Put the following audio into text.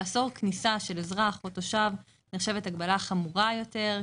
לאסור כניסה של אזרח או תושב נחשבת הגבלה חמורה יותר,